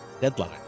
Deadline